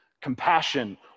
compassion